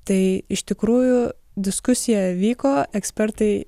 tai iš tikrųjų diskusija vyko ekspertai